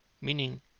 meaning